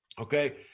okay